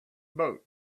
boat